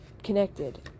connected